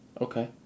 Okay